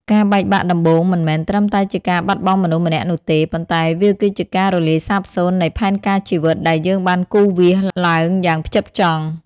ការបែកបាក់ដំបូងមិនមែនត្រឹមតែជាការបាត់បង់មនុស្សម្នាក់នោះទេ ប៉ុន្តែវាគឺជាការរលាយសាបសូន្យនៃផែនការជីវិតដែលយើងបានគូរវាសឡើងយ៉ាងផ្ចិតផ្ចង់។